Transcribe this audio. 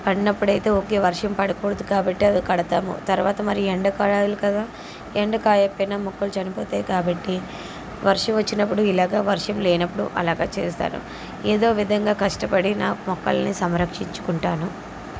పడినప్పుడయితే okay వర్షం పడకూడదు కాబట్టి అది కడతాము తర్వాత మరి ఎండ కాయాలి కదా ఎండ కాయకపోయినా మొక్కలు చనిపోతాయి కాబట్టి వర్షం వచ్చినప్పుడు ఇలాగా వర్షం లేనప్పుడు అలాగా చేస్తాను ఏదోవిధంగా కష్టపడి నా మొక్కలని సంరక్షించుకుంటాను